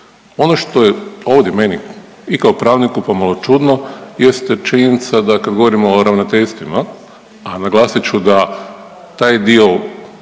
Ono što je ovdje meni i kao pravniku pomalo čudno jeste činjenica kad govorimo o ravnateljstvima, a naglasit ću da taj dio